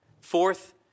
Fourth